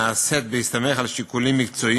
נעשית בהסתמך על שיקולים מקצועיים,